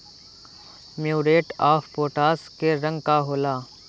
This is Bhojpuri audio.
म्यूरेट ऑफ पोटाश के रंग का होला?